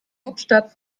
hauptstadt